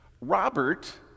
Robert